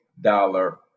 dollar